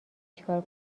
چیکار